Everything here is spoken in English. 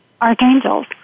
archangels